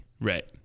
Right